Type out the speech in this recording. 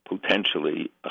potentially